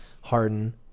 Harden